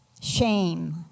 shame